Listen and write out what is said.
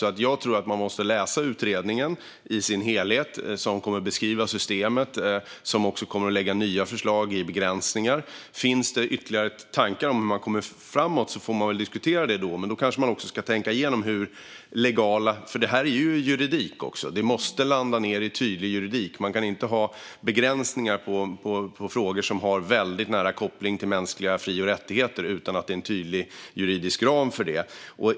Jag tror därför att vi måste läsa utredningen i dess helhet. I den kommer systemet att beskrivas, och nya förslag om begränsningar kommer att läggas fram. Finns det ytterligare tankar om hur vi kommer framåt får vi väl diskutera det då, men då kanske man också ska tänka igenom det legala. Detta är nämligen juridik, och det måste landa i tydlig juridik. Vi kan inte ha begränsningar i frågor som har väldigt nära koppling till mänskliga fri och rättigheter utan att det finns en tydlig juridisk ram för det.